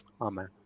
Amen